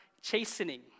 chastening